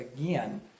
again